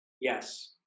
Yes